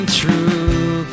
true